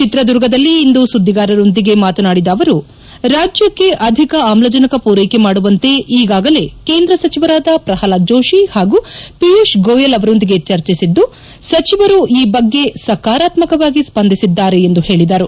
ಚಿತ್ರದುರ್ಗದಲ್ಲಿ ಇಂದು ಸುದ್ದಿಗಾರರೊಂದಿಗೆ ಮಾತನಾಡಿದ ಅವರು ರಾಜ್ಯಕ್ಕೆ ಅಧಿಕ ಆಮ್ಲಜನಕ ಮೂರೈಕೆ ಮಾಡುವಂತೆ ಈಗಾಗಲೇ ಕೇಂದ್ರ ಸಚಿವರಾದ ಪ್ರಹ್ಲಾದ್ ಜೋಷಿ ಹಾಗೂ ಪಿಯೂಷ್ ಗೊಯೆಲ್ ಅಮ್ರೊಂದಿಗೆ ಚರ್ಚಿಸಿದ್ದು ಸಚಿವರು ಈ ಬಗ್ಗೆ ಸಕಾರಾತ್ಪಕವಾಗಿ ಸ್ಪಂದಿಸಿದ್ದಾರೆ ಎಂದು ಹೇಳಿದರು